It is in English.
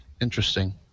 interesting